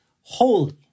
holy